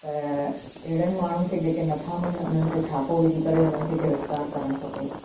त अहिड़नि माण्हुनि खे जेके नथा मञनि उन्हनि ते छापो विझी करे उन्हनि खे गिरफ्तार करणु खपे